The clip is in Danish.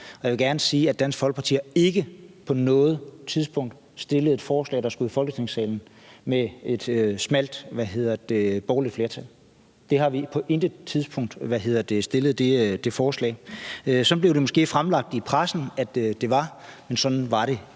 jeg vil gerne sige, at Dansk Folkeparti ikke på noget tidspunkt har stillet et forslag, der skulle i Folketingssalen med et smalt borgerligt flertal. Det har vi på intet tidspunkt stillet. Sådan blev det måske udlagt i pressen det var, men sådan var det